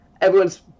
everyone's